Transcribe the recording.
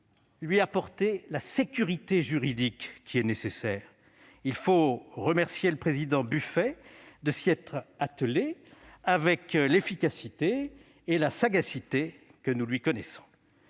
lui apporter la sécurité juridique qui est nécessaire. Il faut remercier le président de la commission des lois, M. Buffet, de s'y être attelé avec l'efficacité et la sagacité que nous lui connaissons.